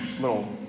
little